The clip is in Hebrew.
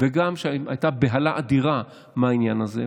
גם כשהייתה בהלה אדירה מהעניין הזה.